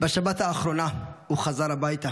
בשבת האחרונה הוא חזר הביתה.